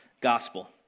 gospel